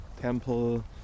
temple